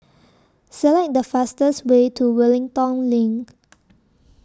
Select The fastest Way to Wellington LINK